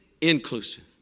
inclusive